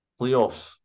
playoffs